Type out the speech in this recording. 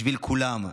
בשביל כולם.